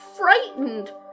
Frightened